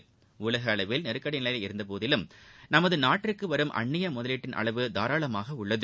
டலக அளவில் நெருக்கடி நிலை இருந்தபோதிலும் நமது நாட்டிற்கு வரும் அந்நிய முதலீட்டின் அளவு தாராளமாக உள்ளது